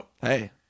Hey